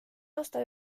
aasta